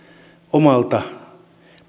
omalta